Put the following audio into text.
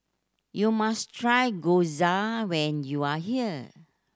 you must try Gyoza when you are here